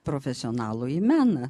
profesionalųjį meną